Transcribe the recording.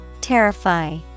terrify